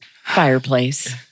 fireplace